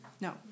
No